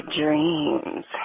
dreams